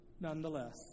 nonetheless